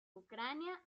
ucrania